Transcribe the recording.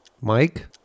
Mike